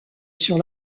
sur